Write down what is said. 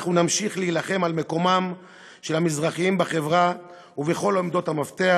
אנחנו נמשיך להילחם על מקומם של המזרחיים בחברה ובכל עמדות המפתח,